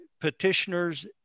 petitioners